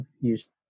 use